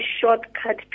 shortcut